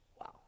Wow